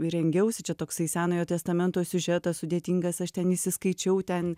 rengiausi čia toksai senojo testamento siužetas sudėtingas aš ten įsiskaičiau ten